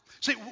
See